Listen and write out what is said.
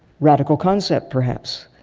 radical concept, perhaps,